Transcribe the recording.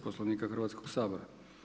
Poslovnika Hrvatskog sabora.